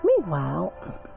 Meanwhile